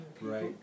right